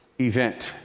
event